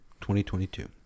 2022